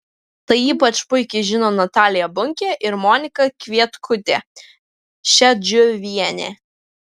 tai ypač puikiai žino natalija bunkė ir monika kvietkutė šedžiuvienė